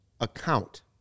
account